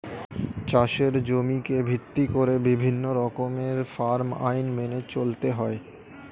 চাষের জমিকে ভিত্তি করে বিভিন্ন রকমের ফার্ম আইন মেনে চলতে হয়